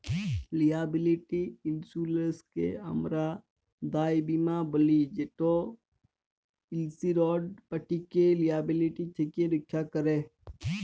liability ইলসুরেলসকে আমরা দায় বীমা ব্যলি যেট ইলসিওরড পাটিকে লিয়াবিলিটি থ্যাকে রখ্যা ক্যরে